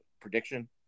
prediction